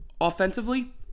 Offensively